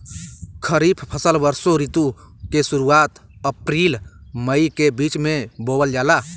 खरीफ फसल वषोॅ ऋतु के शुरुआत, अपृल मई के बीच में बोवल जाला